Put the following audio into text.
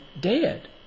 dead